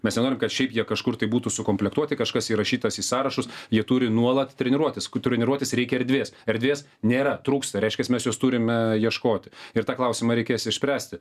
mes nenorim kad šiaip jie kažkur tai būtų sukomplektuoti kažkas įrašytas į sąrašus jie turi nuolat treniruotis kur treniruotis reikia erdvės erdvės nėra trūksta reiškias mes jos turim ieškoti ir tą klausimą reikės išspręsti